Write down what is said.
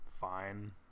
fine